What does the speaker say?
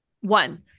One